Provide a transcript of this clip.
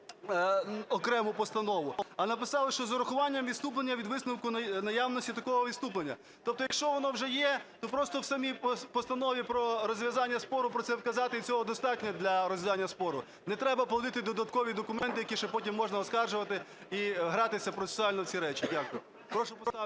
окрему постанову, а написали, що з урахуванням відступлення від висновку наявності такого відступлення. Тобто якщо воно вже є, то просто в самій постанові про розв’язання спору про це вказати і цього достатньо для розв’язання спору. Не треба плодити додаткові документи, які ще потім можна оскаржувати і гратися процесуально в ці речі. Дякую. Прошу поставити…